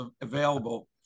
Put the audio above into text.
available